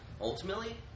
Ultimately